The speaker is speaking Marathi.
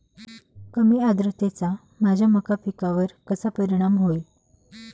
कमी आर्द्रतेचा माझ्या मका पिकावर कसा परिणाम होईल?